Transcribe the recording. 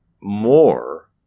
more